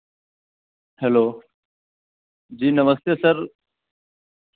hello जी नमस्ते sir